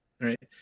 right